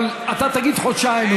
אבל אתה תגיד חודשיים,